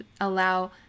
allow